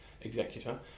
executor